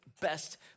best